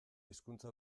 hizkuntza